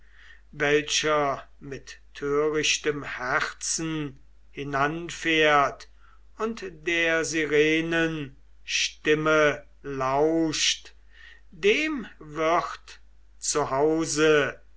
welcher mit törichtem herzen hinanfährt und der sirenen stimme lauscht dem wird